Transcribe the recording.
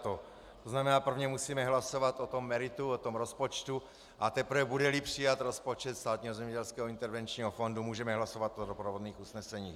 To znamená, prvně musíme hlasovat o tom meritu, o tom rozpočtu, a teprve budeli přijat rozpočet Státního zemědělského intervenčního fondu, můžeme hlasovat o doprovodných usneseních.